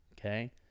okay